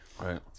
right